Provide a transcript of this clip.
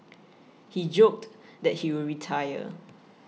he joked that he would retire